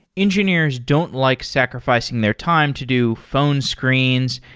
engineers don't like sacrificing their time to do phone screens,